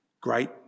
great